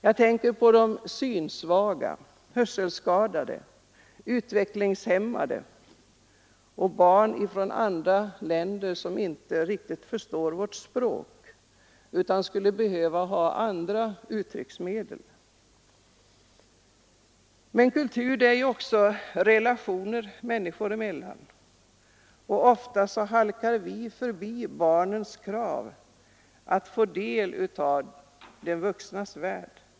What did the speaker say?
Jag tänker på synsvaga, hörselskadade, utvecklingshämmade och barn från andra länder, som inte riktigt förstår vårt språk, utan skulle behöva ha andra uttrycksmedel. Men kultur är också relationer människor emellan, och ofta halkar vi förbi barnens krav på att få del av de vuxnas värld.